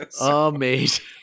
amazing